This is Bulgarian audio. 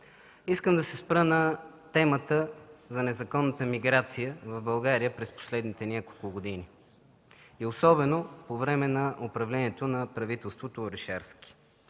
Искам да се спра на темата за незаконната миграция в България през последните няколко години, и особено по време на управлението на правителството Орешарски.